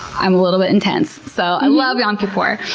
i'm a little bit intense, so i love yom kippur.